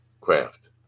craft